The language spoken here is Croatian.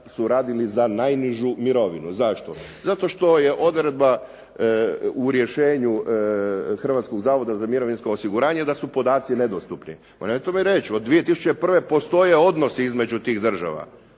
su radili za najnižu mirovinu. Zašto? Zato što je odredba u rješenju Hrvatskog zavoda za mirovinsko osiguranje da su podaci nedostupni. Ma nemojte mi reći. Od 2001. postoje odnosi između tih država.